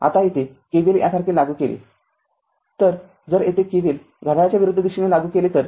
आता येथे r KVL यासारखे लागू केले तर जर येथे KVL घड्याळाच्या विरुद्ध दिशेने लागू केले तर